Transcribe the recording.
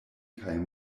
kaj